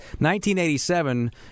1987